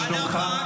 מה שלומך?